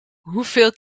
hoeveel